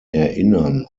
erinnern